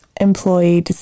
employee